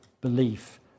belief